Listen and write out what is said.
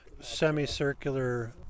semicircular